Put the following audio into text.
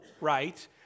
right